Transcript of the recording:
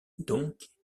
donc